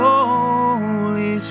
Holy